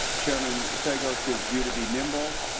chairman sagos his view to be nimble.